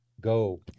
go